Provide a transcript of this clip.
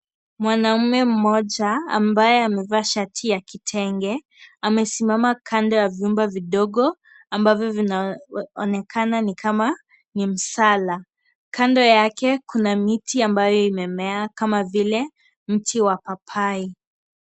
Mwanaume mmoja ambaye ameweza kuvaa shati ya kitenge amesimama kando ya vyumba vidogo ambavyo vinaonekana ni kama msala kando yake kuna miti ambayo imemea kama vile mti wa papai.